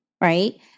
Right